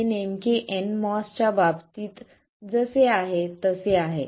हे नेमके nMOS च्या बाबतीत जसे आहे तसे आहे